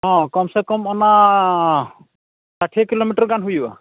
ᱦᱚᱸ ᱠᱚᱢᱥᱮ ᱠᱚᱢ ᱚᱱᱟ ᱟᱴᱷᱮ ᱠᱤᱞᱳᱢᱤᱴᱟᱨ ᱜᱟᱱ ᱦᱩᱭᱩᱜᱼᱟ